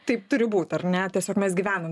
taip turi būt ar ne tiesiog mes gyvenam